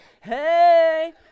hey